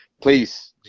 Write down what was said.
please